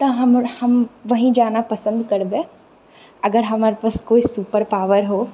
तऽ हमर हम वहीँ जाना पसन्द करबै अगर हमर पास कोइ सुपर पावर हो